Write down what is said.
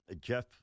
Jeff